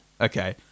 okay